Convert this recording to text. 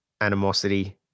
animosity